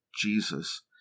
Jesus